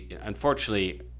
unfortunately